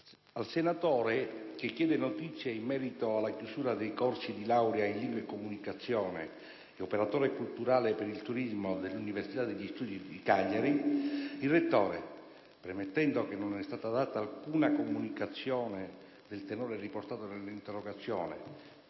Sbarbati, che chiede notizie in merito alla chiusura dei corsi di laurea in Lingue e comunicazione e operatore culturale per il turismo dell'Università degli studi di Cagliari, il rettore, premettendo che non è stata data alcuna comunicazione del tenore riportato nell'interrogazione,